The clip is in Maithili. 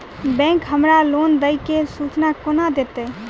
बैंक हमरा लोन देय केँ सूचना कोना देतय?